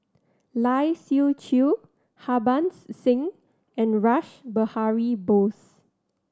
Lai Siu Chiu Harbans Singh and Rash Behari Bose